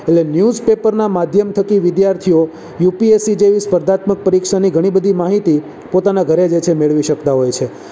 એટલે ન્યુઝપેપરનાં માધ્યમ થકી વિદ્યાર્થીઓ યુપીએસસી જેવી સ્પર્ધાત્મક પરીક્ષાની ઘણી બધી માહિતી પોતાનાં ઘરે જે છે એ મેળવી શકતા હોય છે